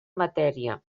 matèria